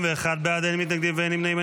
41 בעד, אין מתנגדים ואין נמנעים.